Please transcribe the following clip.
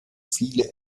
viele